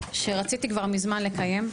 שרציתי כבר מזמן לקיים,